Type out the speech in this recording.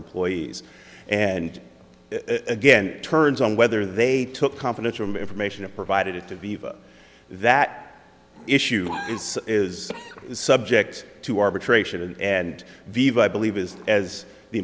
employees and again turns on whether they took confidential information and provided it to be that issue is is subject to arbitration and vive i believe is as the